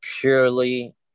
purely